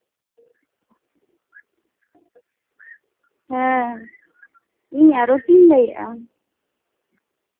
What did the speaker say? ᱦᱮᱸ ᱤᱧ ᱟᱨᱚᱛᱤᱧ ᱞᱟᱹᱭᱮᱫᱼᱟ